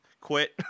Quit